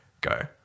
Go